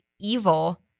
evil